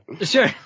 Sure